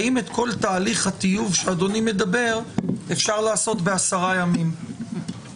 האם את כל תהליך הטיוב שאדוני מדבר אפשר לעשות בעשרה ימים?